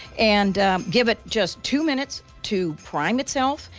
and give it just two minutes to prime itself.